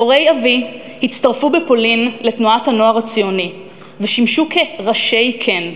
הורי אבי הצטרפו בפולין לתנועת "הנוער הציוני" ושימשו ראשי קן.